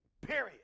Period